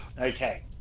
Okay